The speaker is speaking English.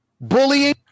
bullying